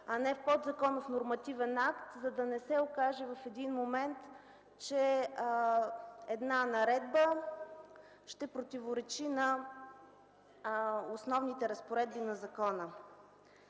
а не в подзаконов нормативен акт, за да не се окаже в един момент, че една наредба ще противоречи на основните разпоредби на закона.